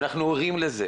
ואנחנו ערים לזה